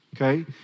okay